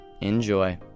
enjoy